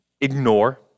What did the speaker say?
ignore